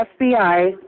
FBI